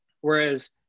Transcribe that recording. Whereas